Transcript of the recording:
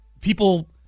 people